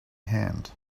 hand